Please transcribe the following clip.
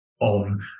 on